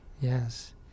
yes